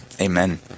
Amen